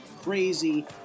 crazy